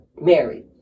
married